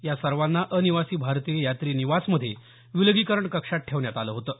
या सर्वांना अनिवासी भारतीय यात्री निवासमध्ये विलगीकरण कक्षात ठेवण्यात आलं होतं